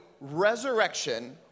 resurrection